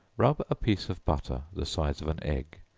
rub a piece of butter the size of an egg,